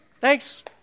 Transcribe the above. Thanks